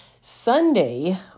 Sunday